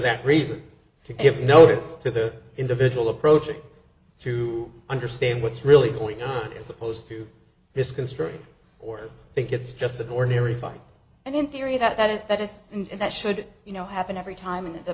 that reason to give notice to the individual approaches to understand what's really going on as opposed to misconstrue or think it's just an ordinary fight and in theory that is that this and that should you know happen every time the